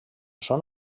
són